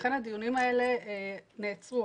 ולכן הדיונים האלה נעצרו.